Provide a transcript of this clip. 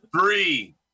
three